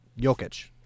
Jokic